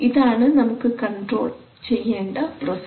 ഇതാണ് നമുക്ക് കണ്ട്രോൾ ചെയ്യേണ്ട പ്രോസസ്സ്